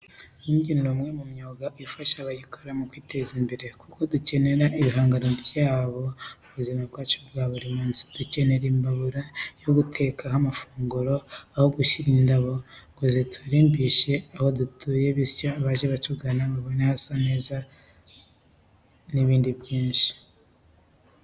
Ububumbyi ni umwe mu myuga ifasha abayikora kwiteza imbere kuko dukenera ibihangano byabo mu buzima bwacu bwa buri munsi. Dukenera imbabura zo gutekaho amafunguro, aho gushyira indabo ngo turimbishe aho dutuye bityo abaje batugana babone hasa neza n'ibindi byinshi.